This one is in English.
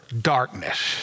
darkness